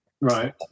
Right